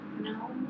No